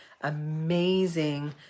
amazing